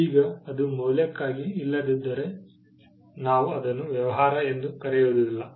ಈಗ ಅದು ಮೌಲ್ಯಕ್ಕಾಗಿ ಇಲ್ಲದಿದ್ದರೆ ನಾವು ಅದನ್ನು ವ್ಯವಹಾರ ಎಂದು ಕರೆಯುವುದಿಲ್ಲ